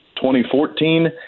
2014